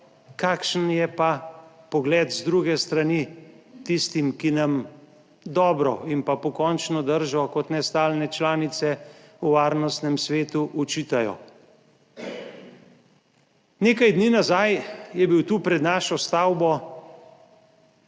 Kakšen je pa pogled z druge strani tistim, ki nam dobro in pa pokončno držo kot ne stalne članice v varnostnem svetu očitajo? Nekaj dni nazaj je bil tu, pred našo stavbo.